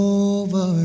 over